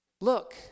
Look